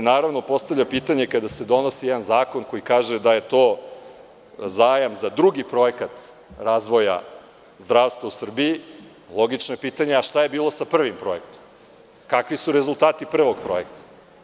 Ono što se postavlja kao pitanje kada se donosi jedan zakon koji kaže da je to zajam za drugi projekat razvoja zdravstva u Srbiji, logično je pitanje – a šta je bilo sa prvim projektom, kakvi su rezultati prvog projekta?